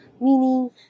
meaning